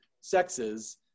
sexes